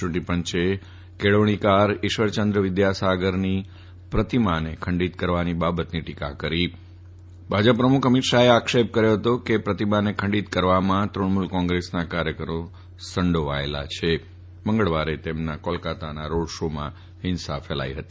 ચૂંટણી પંચે કેળવણીકાર ઈશ્વરચંદ્ર વિદ્યાસાગરની પ્રતિમાને ખંડીત કરવાની બાબતની ટીકા કરી છે ભાજપ પ્રમુખ અમીત શાહે આક્ષેપ કર્યો છે કે પ્રતિમાને ખંડીત કરવામાં તૃણમુલ કોંગ્રેસના કાર્યકરી સંડોવાયેલા છે મંગળવારે તેમના રોડ શોમાં પણ ફિંસા ફેલાવી ફતી